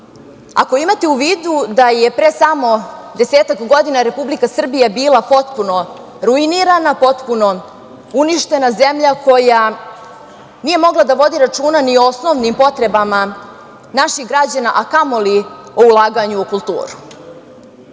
ako imate u vidu da je pre samo desetak godina Republika Srbija bila potpuno ruinirana, potpuno uništena zemlja, koja nije mogla da vodi računa ni o osnovnim potrebama naših građana a kamoli o ulaganju u